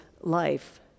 life